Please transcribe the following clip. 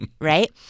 right